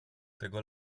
tego